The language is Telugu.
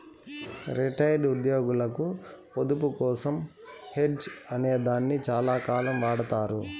రిటైర్డ్ ఉద్యోగులకు పొదుపు కోసం హెడ్జ్ అనే దాన్ని చాలాకాలం వాడతారు